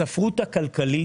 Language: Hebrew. הספרות הכלכלית,